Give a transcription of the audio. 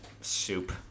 soup